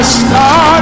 start